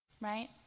right